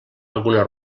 alguna